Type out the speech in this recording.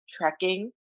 tracking